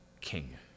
king